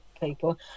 people